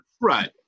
right